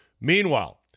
Meanwhile